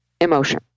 emotion